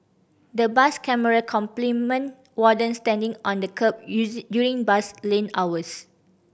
the bus camera complement wardens standing on the kerb during bus lane hours